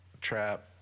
trap